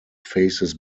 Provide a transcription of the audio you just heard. faces